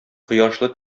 кояшлы